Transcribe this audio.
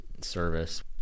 service